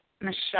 Michelle